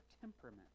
temperament